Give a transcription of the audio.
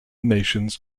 nations